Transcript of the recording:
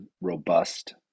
robust